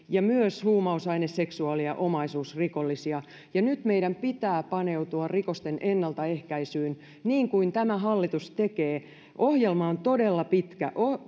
ja myös huumausaine seksuaali ja omaisuusrikollisia nyt meidän pitää paneutua rikosten ennaltaehkäisyyn niin kuin tämä hallitus tekee ohjelma on todella pitkä